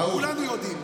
כולנו יודעים.